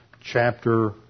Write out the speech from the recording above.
chapter